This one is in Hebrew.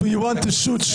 if you want to shoot,